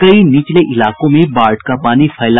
कई निचले इलाकों में बाढ़ का पानी फैला